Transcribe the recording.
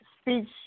speech